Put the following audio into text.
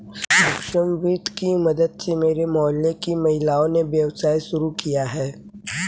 सूक्ष्म वित्त की मदद से मेरे मोहल्ले की महिलाओं ने व्यवसाय शुरू किया है